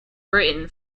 britain